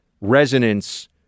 resonance